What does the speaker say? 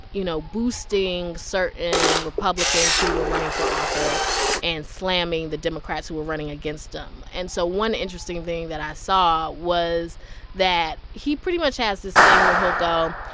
you know, boosting certain republicans who were running for office and slamming the democrats who were running against him and so one interesting thing that i saw was that he pretty much has this thing where he'll go,